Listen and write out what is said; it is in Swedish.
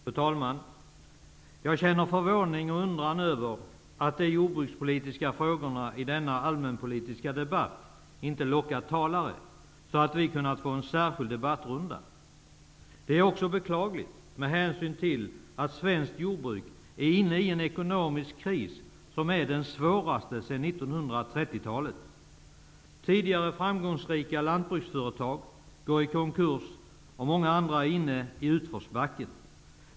Fru talman! Jag känner förvåning och undran över att de jordbrukspolitiska frågorna inte lockat talare i denna allmänpolitiska debatt, så att vi kunnat få en särskild debattrunda om dem. Det är också beklagligt, med hänsyn till att svenskt jordbruk är inne i en ekonomisk kris som är den svåraste sedan Tidigare framgångsrika lantbruksföretag går i konkurs, och många andra är inne i utförsbacken.